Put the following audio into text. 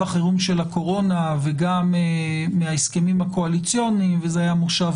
החירום של הקורונה וגם מההסכמים הקואליציוניים וזה היה מושב